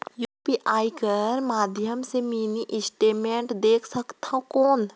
UPI कर माध्यम से मिनी स्टेटमेंट देख सकथव कौन?